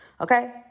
Okay